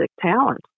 talent